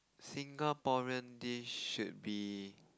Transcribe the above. Singaporean dish should be